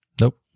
Nope